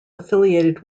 affiliated